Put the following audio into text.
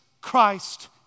Christ